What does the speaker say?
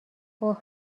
اوه